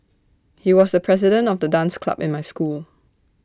he was the president of the dance club in my school